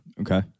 Okay